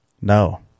No